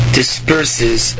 disperses